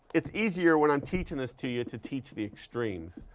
it's easier when i'm teaching this to you, to teach the extremes,